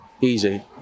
easy